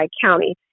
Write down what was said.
County